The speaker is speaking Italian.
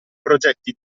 progetti